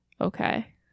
Okay